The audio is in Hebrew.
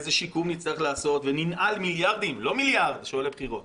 איזה שיקום נצטרך לעשות וננעל מיליארדים לא מיליארד שהולך לבחירות